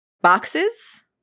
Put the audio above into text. boxes